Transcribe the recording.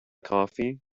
coffee